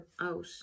out